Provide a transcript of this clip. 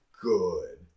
good